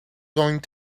going